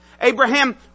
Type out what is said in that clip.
Abraham